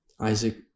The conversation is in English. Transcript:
Isaac